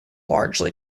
largely